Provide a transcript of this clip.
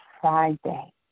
Friday